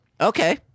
Okay